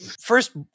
First